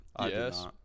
Yes